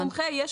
למוסך מומחה יש